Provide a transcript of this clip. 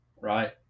right